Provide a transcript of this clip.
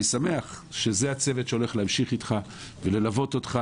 אני שמח שזה הצוות שימשיך ללוות אותך